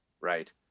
right